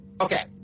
Okay